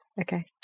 Okay